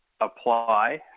apply